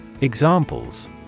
Examples